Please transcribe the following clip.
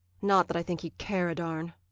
not that i think he'd care a darn.